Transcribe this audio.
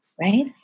right